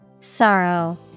Sorrow